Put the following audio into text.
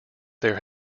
there